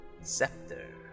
scepter